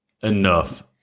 enough